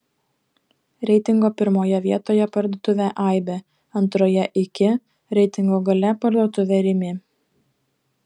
reitingo pirmoje vietoje parduotuvė aibė antroje iki reitingo gale parduotuvė rimi